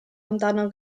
amdano